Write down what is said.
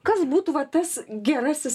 kas būtų va tas gerasis